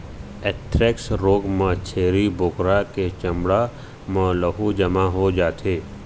anthrax रोग म छेरी बोकरा के चमड़ा म लहू जमा हो जाथे